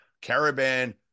Caravan